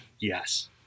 Yes